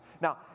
Now